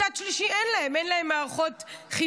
מצד שלישי, אין להם, אין להם מערכות חינוך,